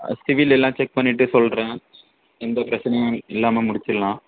சிபில் எல்லாம் செக் பண்ணிவிட்டு சொல்கிறேன் எந்த பிரச்சனையும் இல்லாமல் முடிச்சிடலாம்